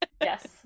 Yes